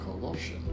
corruption